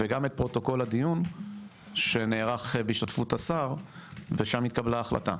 וגם את פרוטוקול הדיון שנערך בהשתתפות השר ואז התקבלה ההחלטה.